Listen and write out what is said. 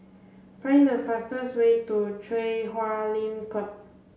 find the fastest way to Chui Huay Lim Club